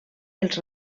els